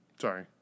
Sorry